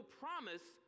promise